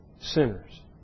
sinners